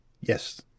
Yes